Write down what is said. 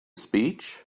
speech